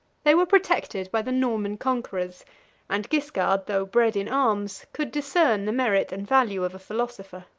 they were protected by the norman conquerors and guiscard, though bred in arms, could discern the merit and value of a philosopher.